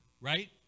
right